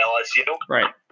Right